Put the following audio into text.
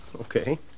Okay